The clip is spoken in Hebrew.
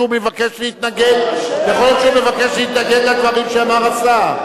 אבל יכול להיות שהוא מבקש להתנגד לדברים שאמר השר.